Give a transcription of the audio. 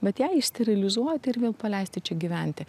bet ją išsterilizuot ir vėl paleisti čia gyventi